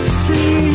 see